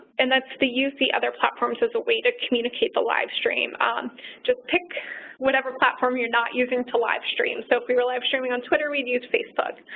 and that's the use the other platforms as a way to communicate the live stream. just pick whatever platform you're not using to live stream. so if we were live streaming on twitter, we'd use facebook.